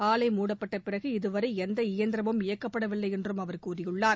ஆலை மூடப்பட்ட பிறகு இதுவரை எந்த எந்திரமும் இயக்கப்படவில்லை என்றும் அவர் கூறியுள்ளார்